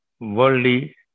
worldly